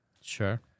Sure